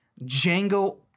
django